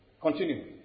Continue